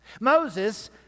Moses